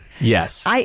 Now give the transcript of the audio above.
Yes